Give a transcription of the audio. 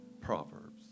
Proverbs